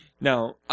Now